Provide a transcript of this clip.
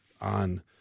on